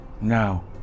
now